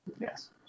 Yes